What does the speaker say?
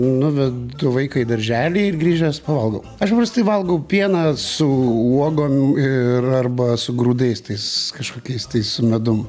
nuvedu vaiką į darželį ir grįžęs pavalgau aš paprastai valgau pieną su uogom ir arba su grūdais tais kažkokiais tai su medum